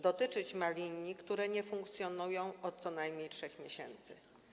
Dotyczyć ma to linii, które nie funkcjonują od co najmniej 3 miesięcy.